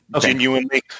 genuinely